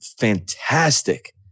fantastic